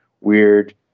weird